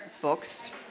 books